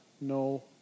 no